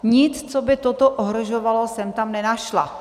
Nic, co by toto ohrožovalo, jsem tam nenašla.